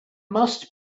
must